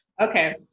Okay